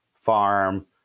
farm